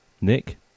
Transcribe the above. Nick